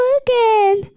again